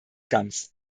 ganz